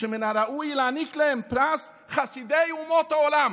שמן הראוי להעניק להם פרס חסידי אומות העולם